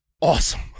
awesome